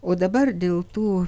o dabar dėl tų